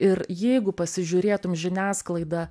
ir jeigu pasižiūrėtum žiniasklaidą